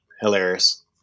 Hilarious